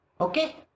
Okay